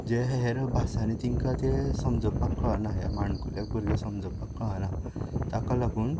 जे हेर भासांनी तेंका ते समजूपाक कळना हे माणकुल्या भुरग्यांक समजूपाक कळना ताका लागून